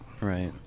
Right